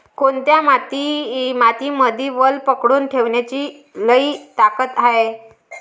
कोनत्या मातीमंदी वल पकडून ठेवण्याची लई ताकद हाये?